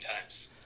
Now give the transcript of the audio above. times